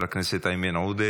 חבר הכנסת איימן עודה,